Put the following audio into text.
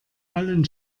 allen